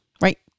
Right